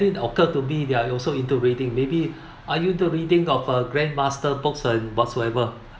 didn't occur to me that you are also into reading maybe I use to reading of uh grandmaster books and whatsoever